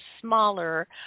smaller